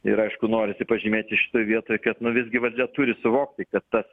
ir aišku norisi pažymėti šitoj vietoj kad visgi valdžia turi suvokti kad tas